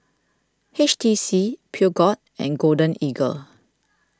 H T C Peugeot and Golden Eagle